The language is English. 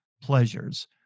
pleasures